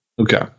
Okay